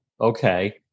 okay